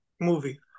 movie